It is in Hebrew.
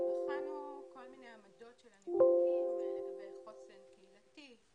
כשבחנו כל מיני עמדות של הנבדקים לגבי חוסן קהילתי,